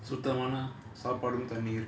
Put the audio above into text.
சுத்தமான சாப்பாடும் தண்ணீர்:suthamaana saapaadum thaneer